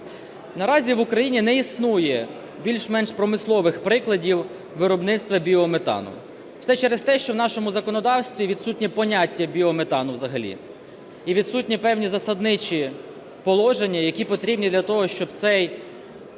Наразі в Україні не існує більш-менш промислових прикладів виробництва біометану. Все через те, що в нашому законодавстві відсутнє поняття "біометану" взагалі і відсутні певні засадничі положення, які потрібні для того, щоб цей